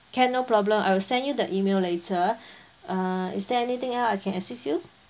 can no problem I will send you the email later err is there anything else I can assist you